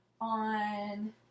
on